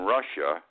Russia